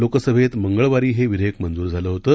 लोकसभेत मंगळवारी हे विधेयक मंजूर झालं होतं